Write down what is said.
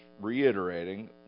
reiterating